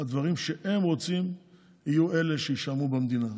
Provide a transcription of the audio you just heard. הדברים שהם רוצים יהיו שיישמעו במדינה.